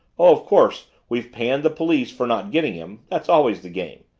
of course, we've panned the police for not getting him that's always the game.